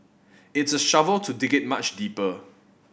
it's a shovel to dig it much deeper